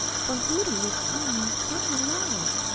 for hooty was flying very low.